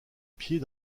pieds